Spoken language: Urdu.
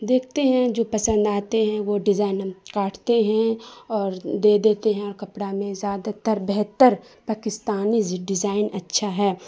دیکھتے ہیں جو پسند آتے ہیں وہ ڈیزائن ہم کاٹتے ہیں اور دے دیتے ہیں کپڑا میں زیادہ تر بہتر پاکستانی ڈیزائن اچھا ہے